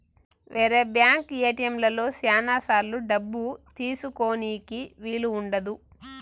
వేరే బ్యాంక్ ఏటిఎంలలో శ్యానా సార్లు డబ్బు తీసుకోనీకి వీలు ఉండదు